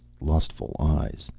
lustful eyes.